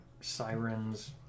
sirens